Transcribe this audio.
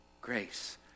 Grace